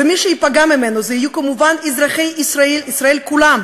ומי שייפגע ממנו יהיו כמובן אזרחי ישראל כולם,